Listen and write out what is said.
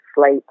sleep